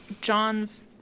john's